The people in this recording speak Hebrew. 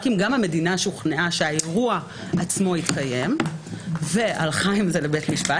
רק אם גם המדינה שוכנעה שהאירוע עצמו התקיים והלכה עם ה לבית משפט.